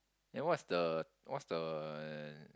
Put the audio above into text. then what is the what's the